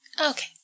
Okay